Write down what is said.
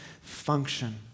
function